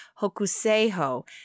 Hokuseiho